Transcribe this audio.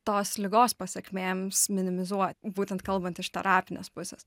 tos ligos pasekmėms minimizuo būtent kalbant iš terapinės pusės